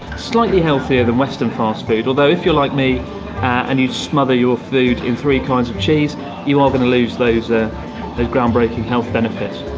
slightly healthier than western fast-food, although if you're like me and you smother your food in three kinds of cheese you are going to lose those ah a groundbreaking health benefits.